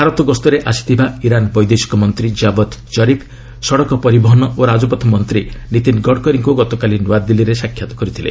ଭାରତ ଗସ୍ତରେ ଆସିଥିବା ଇରାନ୍ ବୈଦେଶିକ ମନ୍ତ୍ରୀ ଜାଭଦ୍ ଜରିଫ୍ ସଡ଼କ ପରିବହନ ଓ ରାଜପଥ ମନ୍ତ୍ରୀ ନୀତିନ ଗଡ଼କରିଙ୍କୁ ଗତକାଲି ନୂଆଦିଲ୍ଲୀରେ ସାକ୍ଷାତ କରିଥିଲେ